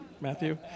Matthew